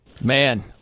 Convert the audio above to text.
Man